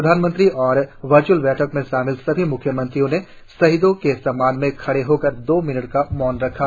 प्रधानमंत्री और वर्य्अल बैठक में शामिल सभी म्ख्यमंत्रियों ने शहीदों के सम्मान में खड़े होकर दो मिनट का मौन रखा